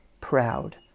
proud